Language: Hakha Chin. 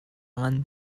ngan